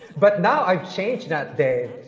but now, i've changed that, dave.